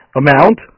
amount